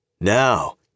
Now